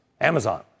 Amazon